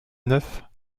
neuf